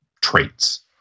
traits